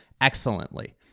excellently